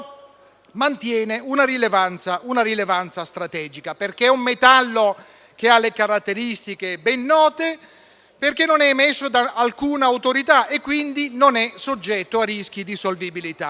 mantiene una rilevanza strategica perché è un metallo che ha caratteristiche ben note, perché non è emesso da alcuna autorità e quindi non è soggetto a rischio di solvibilità,